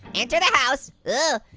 enter the house. oh,